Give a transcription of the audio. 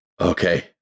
Okay